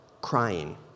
crying